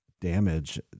damage